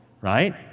right